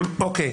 אוקיי.